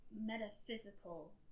metaphysical